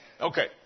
Okay